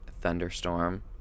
thunderstorm